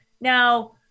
now